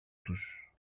τους